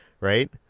right